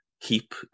keep